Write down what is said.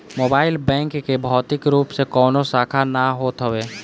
mobile bank के भौतिक रूप से कवनो शाखा ना होत हवे